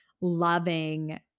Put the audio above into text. loving